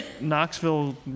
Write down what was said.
Knoxville